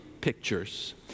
pictures